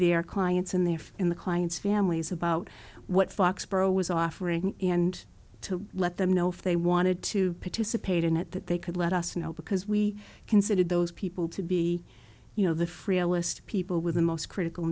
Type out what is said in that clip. their clients in their in the client's families about what foxborough was offering and to let them know if they wanted to participate in it that they could let us know because we considered those people to be you know the frailest people with the most critical